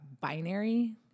binary